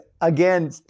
again